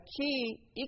key